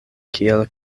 kiel